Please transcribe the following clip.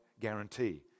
guarantee